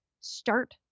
start